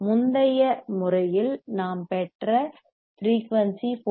முந்தைய முறையில் நாம் பெற்ற ஃபிரீயூன்சி 4